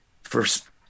first